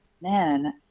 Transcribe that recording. man